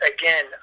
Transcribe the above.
Again